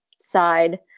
side